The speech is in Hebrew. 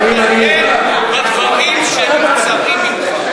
אל תתעניין בדברים שנבצרים ממך.